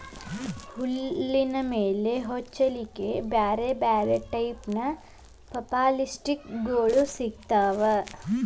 ಹುಲ್ಲಿನ ಮೇಲೆ ಹೊಚ್ಚಲಿಕ್ಕೆ ಬ್ಯಾರ್ ಬ್ಯಾರೆ ಟೈಪಿನ ಪಪ್ಲಾಸ್ಟಿಕ್ ಗೋಳು ಸಿಗ್ತಾವ